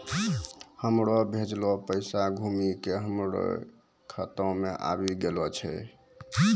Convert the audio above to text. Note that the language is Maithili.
हमरो भेजलो पैसा घुमि के हमरे खाता मे आबि गेलो छै